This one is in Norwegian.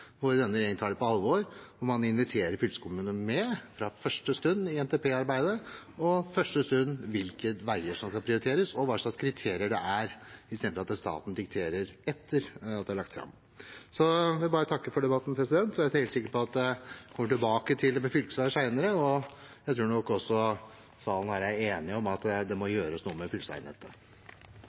denne regjeringen tar på alvor, hvor man fra første stund inviterer fylkeskommunene med i NTP-arbeidet og når det gjelder hvilke veier som skal prioriteres, og hva slags kriterier det skal være – i stedet for at staten skal diktere etter at det er lagt fram. Jeg vil takke for debatten. Jeg er helt sikker på at vi kommer tilbake til dette med fylkesveiene senere. Jeg tror nok også salen er enig om at det må gjøres noe med